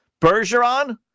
Bergeron